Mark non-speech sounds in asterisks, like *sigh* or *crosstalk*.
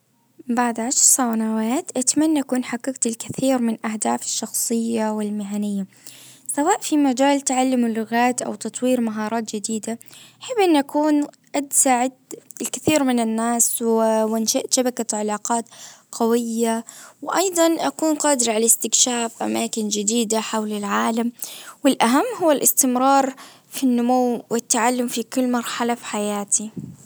بعد عشر *hesitation* سنوات اتمنى اكون حققت الكثير من اهدافي الشخصية والمهنية سواء في مجال تعلم اللغات او تطوير مهارات جديدة احب ان اكون اد ساعدت الكثير من الناس وانشأت شبكة علاقات قوية وايضا اكون قادر على الاستكشاف اماكن جديدة حول العالم. والاهم هو الاستمرار في النمو والتعلم في كل مرحلة في حياتي